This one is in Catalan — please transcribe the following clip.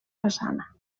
façana